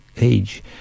age